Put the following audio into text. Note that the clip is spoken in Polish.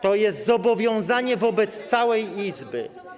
To jest zobowiązanie wobec całej Izby.